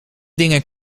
dingen